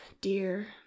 dear